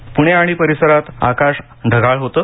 हवामान प्णे आणि परिसरात आकाश ढगाळ होतं